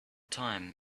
time